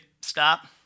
stop